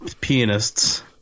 pianists –